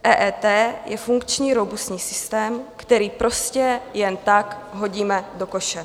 EET je funkční robustní systém, který prostě jen tak hodíme do koše.